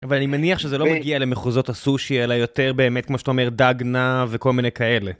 אבל אני מניח שזה לא מגיע למחוזות הסושי, אלא יותר באמת, כמו שאתה אומר, דגנה וכל מיני כאלה.